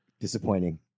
Disappointing